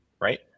right